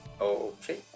Okay